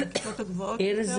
בכיתות הגבוהות יותר --- איריס,